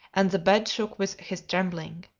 and the bed shook with his trembling.